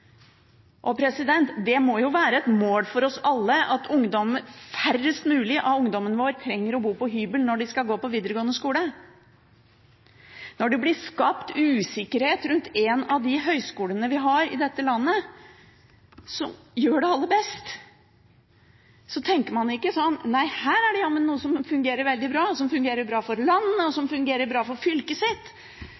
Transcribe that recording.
Det må jo være et mål for oss alle at færrest mulig av ungdommene våre trenger å bo på hybel når de skal gå på videregående skole. Når det blir skapt usikkerhet rundt en av de høyskolene vi har i dette landet, som gjør det aller best, tenker man ikke sånn at her er det jammen noe som fungerer veldig bra, som fungerer bra for landet, og som fungerer bra for fylket sitt.